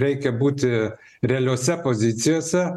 reikia būti realiose pozicijose